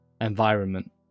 environment